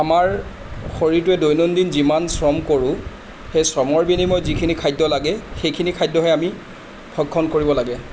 আমাৰ শৰীৰটোৱে দৈনন্দিন যিমান শ্ৰম কৰোঁ সেই শ্ৰমৰ বিনিময়ত যিখিনি খাদ্য লাগে সেইখিনি খাদ্যহে আমি ভক্ষণ কৰিব লাগে